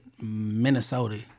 Minnesota